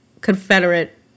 confederate